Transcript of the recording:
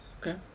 Okay